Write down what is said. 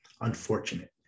unfortunate